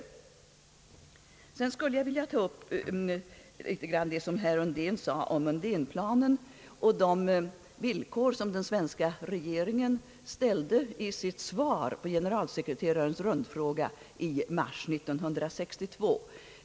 Sedan skulle jag litet grand vilja beröra det som herr Virgin sade om Undénplanen och de villkor svenska regeringen ställde i sitt svar på generalsekreterarens rundfråga i mars 1962.